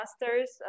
master's